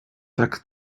tak